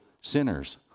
sinners